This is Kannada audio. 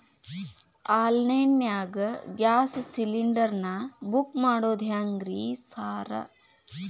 ಆನ್ಲೈನ್ ನಾಗ ಗ್ಯಾಸ್ ಸಿಲಿಂಡರ್ ನಾ ಬುಕ್ ಮಾಡೋದ್ ಹೆಂಗ್ರಿ ಸಾರ್?